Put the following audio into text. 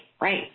right